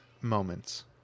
moments